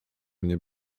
mnie